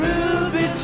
Ruby